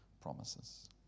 promises